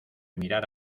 mirar